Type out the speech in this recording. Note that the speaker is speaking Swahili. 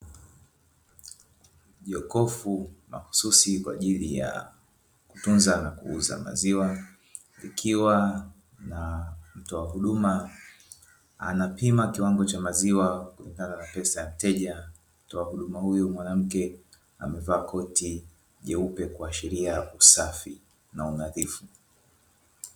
Jokofu mahususi kwa ajili ya kutunza na kuuza maziwa, ikiwa na mtoa huduma anapima kiwango cha maziwa kulingana na pesa ya mteja, mtoa huduma huyu mwanamke amevaa koti jeupe kuashiria usafi na unadhifu.